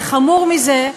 וחמור מזה,